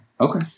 Okay